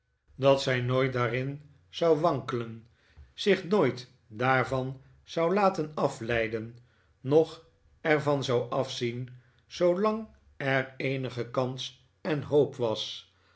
dat zij nooit daarin zou wankelen zich nooit daarvan zou laten afleiden noch er van zou afzien zoolang er eenige kans en hoop was